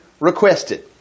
requested